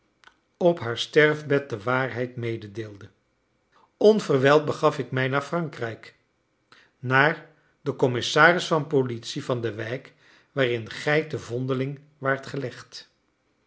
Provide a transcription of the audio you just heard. op haar sterfbed de waarheid mededeelde onverwijld begaf ik mij naar frankrijk naar den commissaris van politie van de wijk waarin gij te vondeling waart gelegd